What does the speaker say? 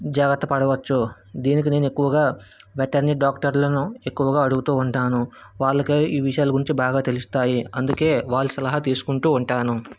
జాగత్త పడవచ్చు దీనికి నేను ఎక్కువగా వెటర్నరీ డాక్టర్లను ఎక్కువగా అడుగుతూ ఉంటాను వాళ్ళకి ఈ విషాలగురించి బాగా తెలుస్తాయి అందుకే వాళ్ళ సలహా తీసుకుంటూ ఉంటాను